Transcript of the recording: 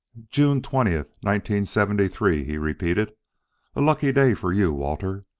june twentieth, nineteen seventy-three, he repeated a lucky day for you, walter.